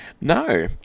no